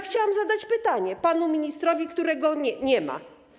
Chciałabym zadać pytanie panu ministrowi, którego nie ma.